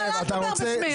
אל תדבר בשמי.